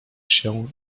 się